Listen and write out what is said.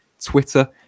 twitter